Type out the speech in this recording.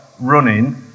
running